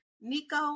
Nico